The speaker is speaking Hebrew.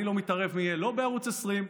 אני לא מתערב מי יהיה לא בערוץ 20,